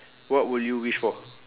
what will you wish for